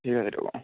ঠিক আছে দিয়ক